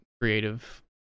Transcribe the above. creative